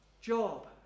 job